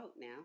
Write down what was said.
now